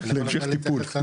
להמשך טיפול.